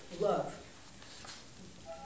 love